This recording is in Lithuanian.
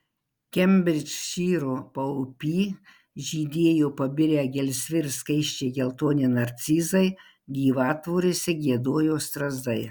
kembridžšyro paupy žydėjo pabirę gelsvi ir skaisčiai geltoni narcizai gyvatvorėse giedojo strazdai